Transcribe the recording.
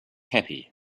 happy